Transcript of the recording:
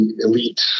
elite